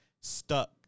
stuck